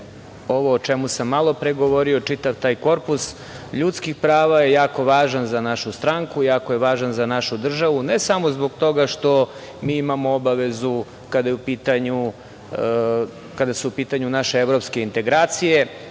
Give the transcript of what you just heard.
ovo o čemu sam malopre govorio, čitav taj korpus ljudskih prava je jako važan za našu stranku, jako je važan za našu državu, ne samo zbog toga što mi imamo obavezu kada su u pitanju naše evropske integracije,